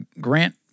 Grant